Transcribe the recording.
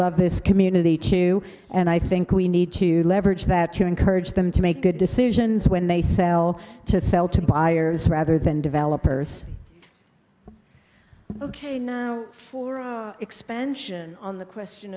love this community too and i think we need to leverage that to encourage them to make good decisions when they sell to sell to buyers rather than developers ok now for expansion on the question